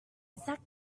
exact